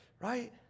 Right